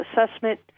Assessment